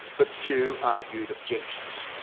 but few argued objections.